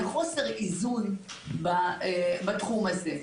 לחוסר איזון בתחום הזה?